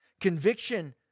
Conviction